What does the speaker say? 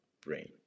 brain